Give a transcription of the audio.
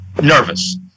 nervous